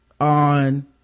on